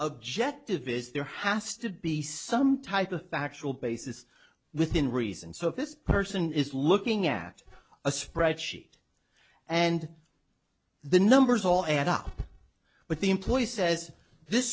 objective is there has to be some type of factual basis within reason so if this person is looking at a spreadsheet and the numbers all add up but the employee says this